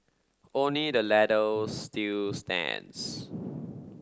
only the latter still stands